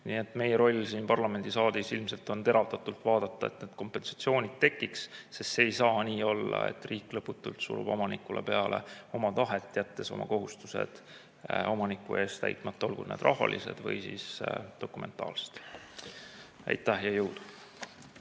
Nii et meie roll siin parlamendisaalis ilmselt on teravdatult vaadata, et need kompensatsioonid tekiks, sest see ei saa nii olla, et riik surub lõputult omanikule peale oma tahet, jättes oma kohustused omaniku ees täitmata, olgu need rahalised või dokumentaalsed. Aitäh ja jõudu!